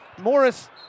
Morris